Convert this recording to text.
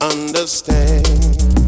Understand